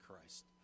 Christ